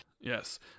Yes